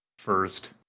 first